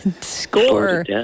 Score